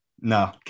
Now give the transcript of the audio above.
no